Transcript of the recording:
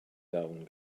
iawn